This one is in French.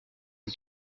une